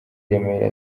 remera